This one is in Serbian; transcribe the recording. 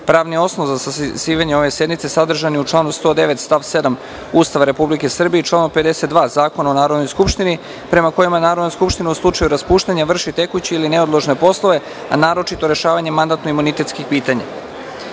osnov za sazivanje ove sednice sadržan je u članu 109. stav 7. Ustava Republike Srbije i članu 52. Zakona o Narodnoj skupštini, prema kojima Narodna skupština u slučaju raspuštanja vrši tekuće ili neodložne poslove, naročito rešavanje mandatno imunitetskih